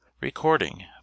Recording